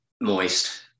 moist